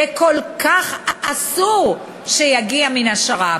וכל כך אסור שיגיע מן השר"פ.